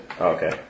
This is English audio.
Okay